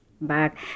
back